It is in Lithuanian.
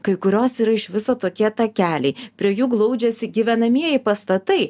kai kurios yra iš viso tokie takeliai prie jų glaudžiasi gyvenamieji pastatai